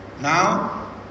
Now